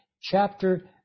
chapter